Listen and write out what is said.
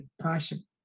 passion